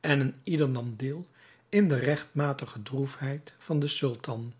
en een ieder nam deel in de regtmatige droefheid van den sultan